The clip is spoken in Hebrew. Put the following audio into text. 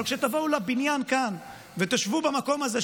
אבל כשתבואו לבניין כאן ותשבו במקום הזה,